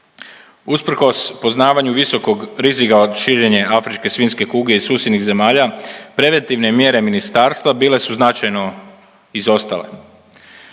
Usprkos poznavanju visokog rizika od širenja afričke svinjske kuge iz susjednih zemalja preventivne mjere ministarstva bile su značajno izostale.